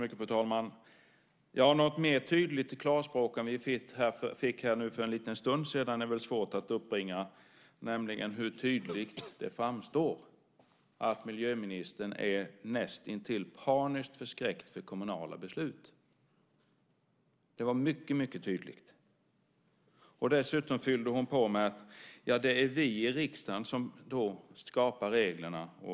Fru talman! Något mer tydligt klarspråk än vi fick här nu för en liten stund sedan är väl svårt att uppbringa. Det framstår tydligt att miljöministern är näst intill paniskt förskräckt för kommunala beslut. Det var mycket tydligt. Dessutom fyllde hon på med att det är vi i riksdagen som skapar reglerna.